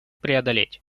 преодолеть